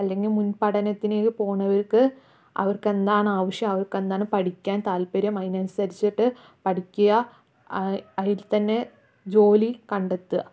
അല്ലെങ്കിൽ മുൻ പഠനത്തിന് പോകുന്നവർക്ക് അവർക്ക് എന്താണ് ആവശ്യം അവർക്ക് എന്താണ് പഠിക്കാൻ താല്പര്യം അതിനനുസരിച്ചിട്ട് പഠിക്കുക അതിൽ തന്നെ ജോലി കണ്ടെത്തുക